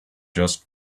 just